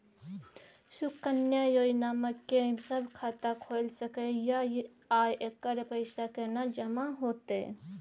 सुकन्या योजना म के सब खाता खोइल सके इ आ एकर पैसा केना जमा होतै?